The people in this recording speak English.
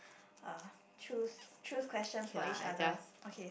uh choose choose question for each other okay